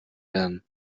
werden